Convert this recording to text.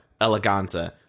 Eleganza